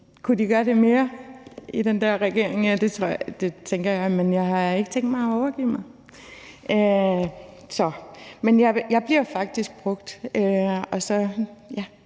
Kunne de gøre det mere i den her regering? Ja, det tænker jeg. Men jeg har ikke tænkt mig at overgive mig. Men nu, hvor jeg